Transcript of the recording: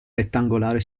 rettangolari